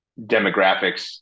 demographics